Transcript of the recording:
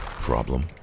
Problem